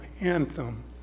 anthem